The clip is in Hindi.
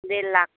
डेढ़ लाख